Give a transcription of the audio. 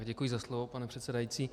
Děkuji za slovo, pane předsedající.